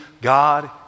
God